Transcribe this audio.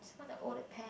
I want to own a pet